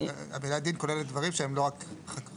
המילה דין כוללת דברים שהם לא רק חוק.